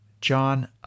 John